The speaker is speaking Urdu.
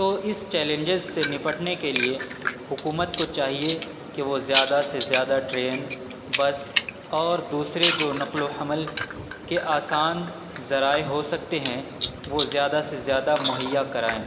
تو اس چیلنجز سے نپٹنے کے لیے حکومت کو چاہیے کہ وہ زیادہ سے زیادہ ٹرین بس اور دوسرے جو نقل و حمل کے آسان ذرائع ہو سکتے ہیں وہ زیادہ سے زیادہ مہیا کرائیں